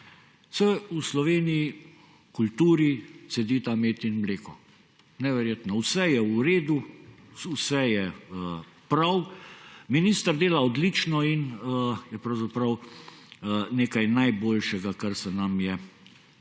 v Sloveniji kulturi cedita med in mleko. Neverjetno, vse je v redu, vse je prav, minister dela odlično in je pravzaprav nekaj najboljšega, kar se nam je lahko